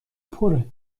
پره